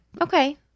Okay